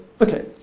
okay